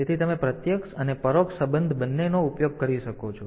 તેથી તમે પ્રત્યક્ષ અને પરોક્ષ સંબોધન બંનેનો ઉપયોગ કરી શકો છો